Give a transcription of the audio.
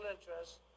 interests